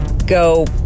go